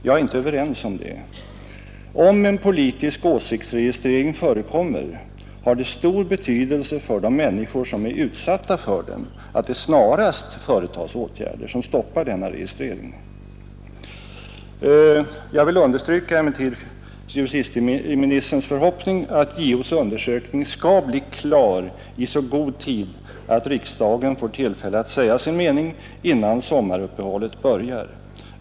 Jag håller inte med om det. Om en politisk åsiktsregistrering förekommer, har det stor betydelse för de människor som är utsatta för den att åtgärder snarast företas som stoppar denna registrering. Jag vill emellertid understryka justitieministerns förhoppning att JO:s undersökning skall bli klar i så god tid, att riksdagen får tillfälle att säga sin mening innan sommaruppehållet börjar.